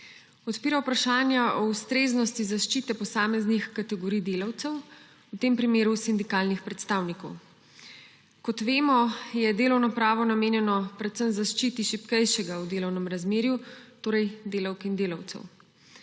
Odpira vprašanja o ustreznosti zaščite posameznih kategorij delavcev, v tem primeru sindikalnih predstavnikov. Kot vemo, je delovno pravo namenjeno predvsem zaščiti šibkejšega v delovnem razmerju, torej delavk in delavcev.